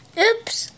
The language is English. oops